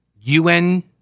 UN